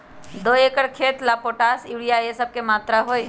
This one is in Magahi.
दो एकर खेत के ला पोटाश, यूरिया ये सब का मात्रा होई?